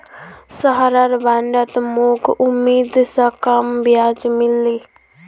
सहारार बॉन्डत मोक उम्मीद स कम ब्याज मिल ले